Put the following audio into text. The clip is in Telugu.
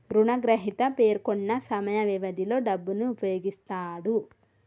రుణగ్రహీత పేర్కొన్న సమయ వ్యవధిలో డబ్బును ఉపయోగిస్తాడు